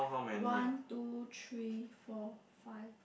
one two three four five